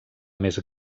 més